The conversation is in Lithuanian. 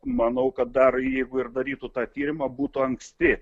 manau kad dar jeigu ir darytų tą tyrimą būtų anksti